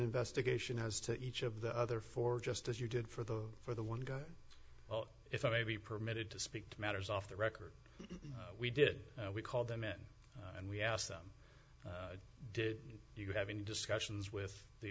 investigation as to each of the other four just as you did for the for the one guy if i may be permitted to speak to matters off the record we did we called them in and we asked them did you have any discussions with the